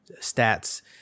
stats